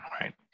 right